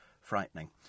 frightening